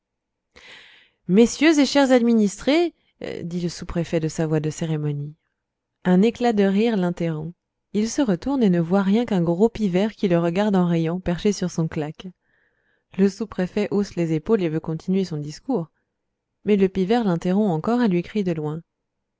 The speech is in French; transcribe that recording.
messieurs et chers administrés dit le sous-préfet de sa voix de cérémonie un éclat de rire l'interrompt il se retourne et ne voit rien qu'un gros pivert qui le regarde en riant perché sur son claque le sous-préfet hausse les épaules et veut continuer son discours mais le pivert l'interrompt encore et lui crie de loin